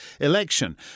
election